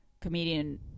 comedian